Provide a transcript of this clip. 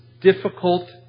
difficult